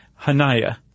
Hanaya